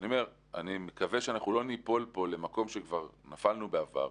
אני מקווה שאנחנו לא ניפול פה למקום שכבר נפלנו בעבר.